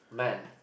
man